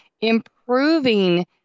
Improving